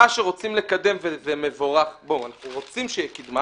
שרוצים לקדם וזה מבורך אנחנו רוצים שתהיה קדמה